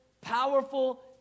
powerful